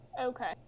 Okay